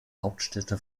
hauptstädte